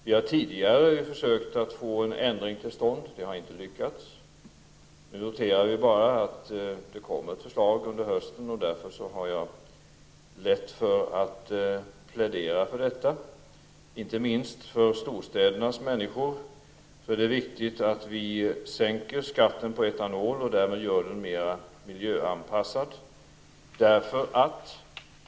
Vi har tidigare försökt att få en ändring till stånd, men det har inte lyckats. Man kan bara notera att det kommer ett förslag under hösten, och därför är det lätt för mig att plädera för detta. Det är viktigt, inte minst för människorna i storstäderna, att skatten på etanol sänks, eftersom den därmed blir mer miljöanpassad.